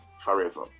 forever